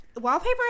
Wallpaper